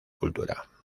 cultura